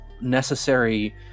necessary